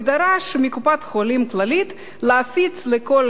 ודרש מקופת-חולים "כללית" להפיץ לכל